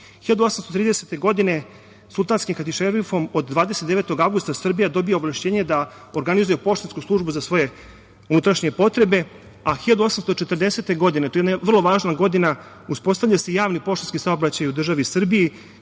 1830. sultanskim hatišerifom od 29. avgusta Srbija dobija ovlašćenje da organizuje poštansku službu za svoje unutrašnje potrebe, a 1840. godine, to je jedna vrlo važna godina, uspostavlja se javni poštanski saobraćaj u državi Srbiji,